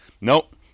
Nope